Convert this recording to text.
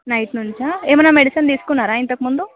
night నుంచా ఏమన్నా medicine తీసుకున్నారా ఇంతకుముందు